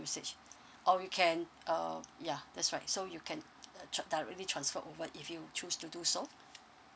usage or you can uh yeah that's right so you can uh che~ directly transfer over if you choose to do so